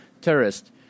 terrorist